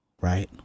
right